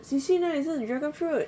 C_C 那里是 dragonfruit